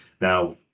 Now